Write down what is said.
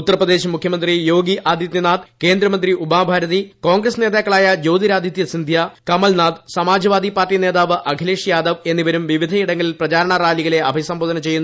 ഉത്തർപ്രദേശ് മുഖ്യമന്ത്രി യോഗി ആദിത്യനാഥ് കേന്ദ്രമന്ത്രി ഉമാഭാരതി കോൺഗ്രസ് നേതാക്കളായ ജ്യോതിരാദിത്യ സിന്ധ്യ കമൽ നാഥ് സമാജ്വാദി പാർട്ടി നേതാവ് അഖിലേഷം യാദവ് എന്നിവരും വിവിധയിടങ്ങളിൽ പ്രചാരണ റാലികളെ അഭിസംബോധന ചെയ്യുന്നു